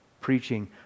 preaching